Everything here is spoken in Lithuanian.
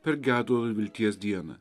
per gedulo ir vilties dieną